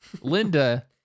Linda